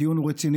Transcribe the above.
הדיון הוא רציני,